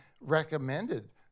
recommended